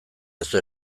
duzu